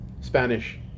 Spanish